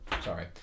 Sorry